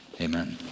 amen